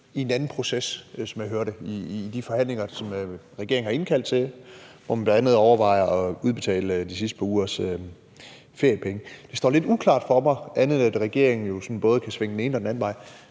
i en anden proces, som jeg hører det, i de forhandlinger, som regeringen har indkaldt til, hvor man bl.a. overvejer at udbetale de sidste par ugers feriepenge. Det står lidt uklart for mig – andet end regeringen jo både kan svinge den ene og den anden vej